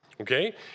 Okay